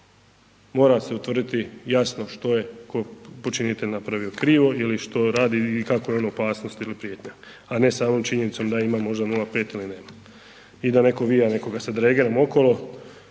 mora se utvrditi jasno što je ko počinitelj napravio krivo ili što radi i kako je on opasnost ili prijetnja, a ne samom činjenicom da ima možda 0,5 ili nema i da neko vija nekoga sa dregerom okolo,